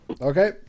Okay